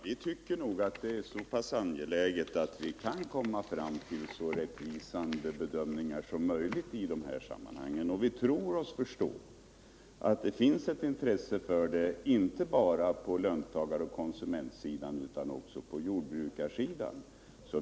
Herr talman! Vi tycker att det är angeläget att vi kommer fram till så rättvisande bedömningar som möjligt i de här sammanhangen. Vi tror oss också förstå att det finns intresse för detta inte bara på löntagar och konsumentsidan utan också på jordbrukarsidan.